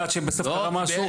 עד שבסוף קרה משהו,